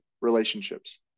relationships